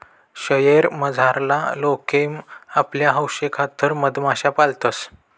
शयेर मझारला लोके आपला हौशेखातर मधमाश्या पायतंस